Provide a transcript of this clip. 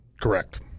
Correct